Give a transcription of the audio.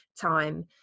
time